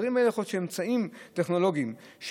יכול להיות שהאמצעים הטכנולוגיים,